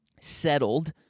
settled